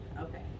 okay